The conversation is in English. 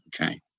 okay